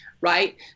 right